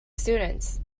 students